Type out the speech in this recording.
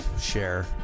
share